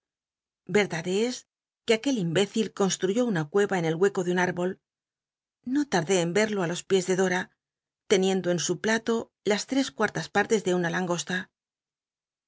verdad es que aquel imbécil construyó una cueva en el hueco de un irbol no tardé en vedo á los piés de dora teniendo en su plato las tres cuartas partes de una langosta